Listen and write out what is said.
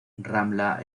ramla